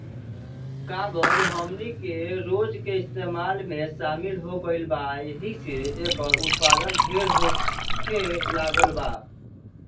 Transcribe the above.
कागज हमनी के रोज के इस्तेमाल में शामिल हो गईल बा एहि से एकर उत्पाद ढेर होखे लागल बा